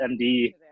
md